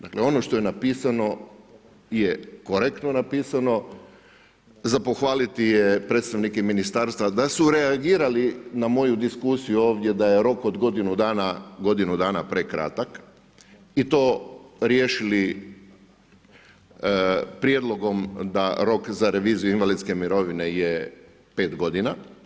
Dakle ono što je napisano je korektno napisano, za pohvaliti je predstavnike ministarstva da su reagirali na moju diskusiju ovdje da je rok od godinu dana prekratak i to riješili prijedlogom da rok za reviziju invalidske mirovine je 5 godina.